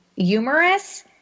humorous